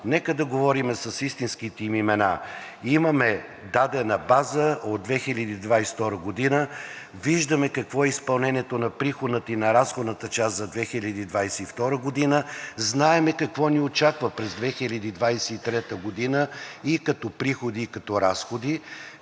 Нека да говорим с истинските им имена. Имаме дадена база от 2022 г., виждаме какво е изпълнението на приходната и на разходната част за 2022 г., знаем какво ни очаква през 2023 г. и като приходи, и като разходи,